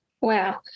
Wow